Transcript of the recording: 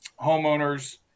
homeowners